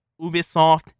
Ubisoft